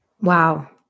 Wow